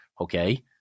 okay